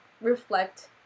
reflect